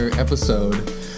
Episode